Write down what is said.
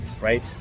right